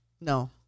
No